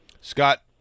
Scott